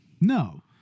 No